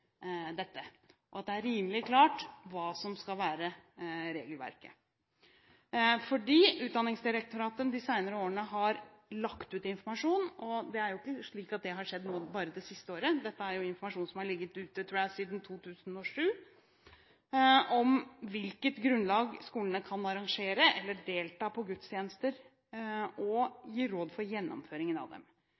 dette, og at det er rimelig klart hva som skal være regelverket. Utdanningsdirektoratet har de senere årene lagt ut informasjon. Det er ikke slik at det har skjedd bare det siste året. Dette er informasjon som har ligget ute, tror jeg, siden 2007, om på hvilket grunnlag skolene kan arrangere eller delta på gudstjenester og gi råd for gjennomføringen av dem.